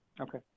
okay